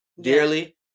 dearly